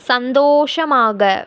சந்தோஷமாக